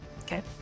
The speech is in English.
Okay